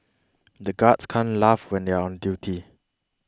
the guards can't laugh when they are on duty